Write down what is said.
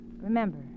Remember